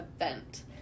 event